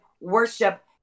worship